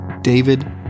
David